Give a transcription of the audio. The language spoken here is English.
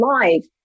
life